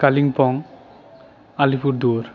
Kalimpong Alipurduar